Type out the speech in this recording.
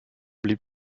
blieb